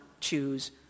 choose